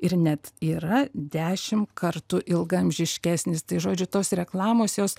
ir net yra dešim kartų ilgaamžiškesnis tai žodžiu tos reklamos tai jos